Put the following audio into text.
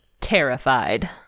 terrified